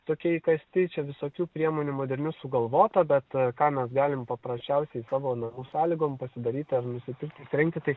tokie įkasti čia visokių priemonių modernių sugalvota bet ką mes galim paprasčiausiai savo namų sąlygom pasidaryti ar nusipirkt įsirengti tai